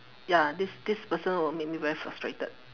ya this this person will make me very frustrated